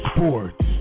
Sports